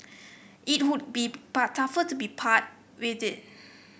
it would be part tough to be part with it